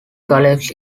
collects